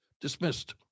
dismissed